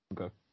Okay